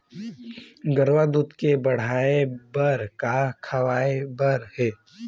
गरवा के दूध बढ़ाये बर का खवाए बर हे?